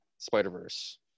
Spider-Verse